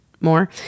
more